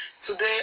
Today